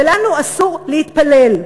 ולנו אסור להתפלל.